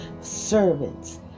servants